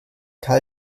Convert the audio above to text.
teil